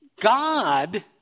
God